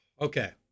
Okay